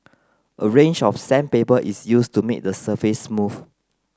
a range of sandpaper is used to make the surface smooth